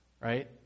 Right